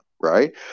Right